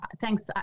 thanks